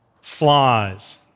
Flies